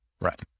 Right